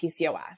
PCOS